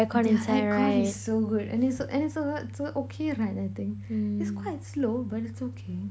their aircon is so good and it's and it's a not it's a oksy ride I think it's quite slow but it's okay